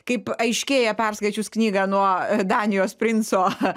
kaip aiškėja perskaičius knygą nuo danijos princo